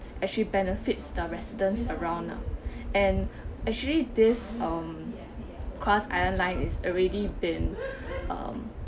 actually benefits the residents around and actually this um cross island line is already been um